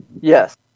Yes